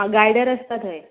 आं गायडर आसता थंय